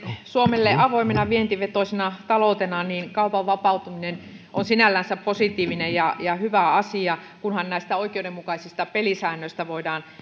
suomelle avoimena vientivetoisena taloutena kaupan vapautuminen on sinällänsä positiivinen ja ja hyvä asia kunhan näistä oikeudenmukaisista pelisäännöistä voidaan